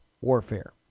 warfare